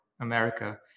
America